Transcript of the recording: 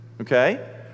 Okay